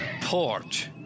port